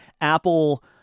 Apple